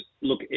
look